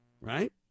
Right